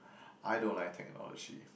I don't like technology